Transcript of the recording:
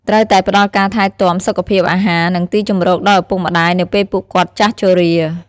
ត្រូវតែផ្តល់ការថែទាំ សុខភាព អាហារ និងទីជម្រកដល់ឪពុកម្តាយនៅពេលពួកគាត់ចាស់ជរា។